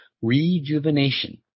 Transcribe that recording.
rejuvenation